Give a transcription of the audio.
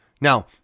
Now